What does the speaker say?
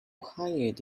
hired